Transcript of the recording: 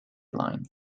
line